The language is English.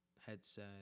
headset